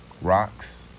Rocks